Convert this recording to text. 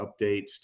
updates